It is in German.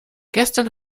gestern